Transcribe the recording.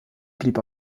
blieb